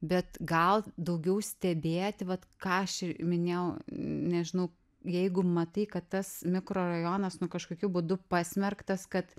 bet gal daugiau stebėti vat ką aš ir minėjau nežinau jeigu matai kad tas mikrorajonas kažkokiu būdu pasmerktas kad